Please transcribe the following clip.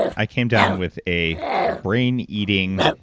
i came down with a brain-eating